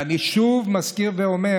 ואני שוב מזכיר ואומר: